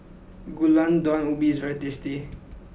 Gulai Daun Ubi is very tasty